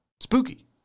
Spooky